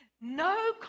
No